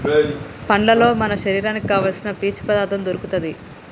పండ్లల్లో మన శరీరానికి కావాల్సిన పీచు పదార్ధం దొరుకుతది